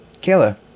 Kayla